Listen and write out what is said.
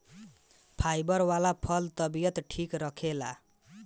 fibre वाला फल तबियत ठीक रखेला